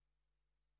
כאמור,